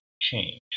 change